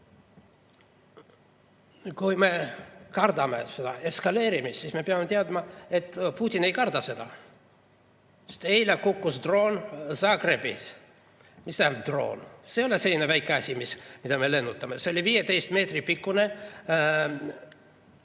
Kui me kardame seda eskaleerumist, siis me peame teadma, et Putin ei karda seda. Eile kukkus droon alla Zagrebis. Mis tähendab droon? See ei ole selline väike asi, mida me lennutame. See oli 15 meetri pikkune